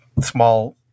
small